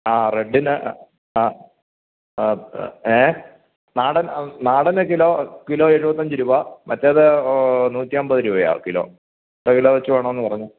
ആ റെഡ്ഡിന് ആ ഏ നാടന് നാടന് കിലോ കിലോ എഴുപത്തഞ്ച് രൂപ മറ്റേത് നൂറ്റിയൻപത് രൂപയാകും കിലോ എത്ര കിലോ വെച്ച് വേണമെന്നു പറഞ്ഞോളൂ